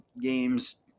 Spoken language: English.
games